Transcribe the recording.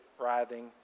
writhing